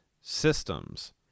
systems